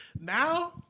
now